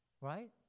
Right